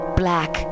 black